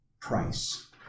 price